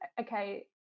Okay